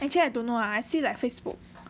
actually I don't know ah I see like Facebook